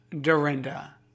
Dorinda